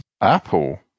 Apple